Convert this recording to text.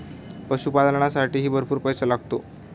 पशुपालनालासाठीही भरपूर पैसा लागतो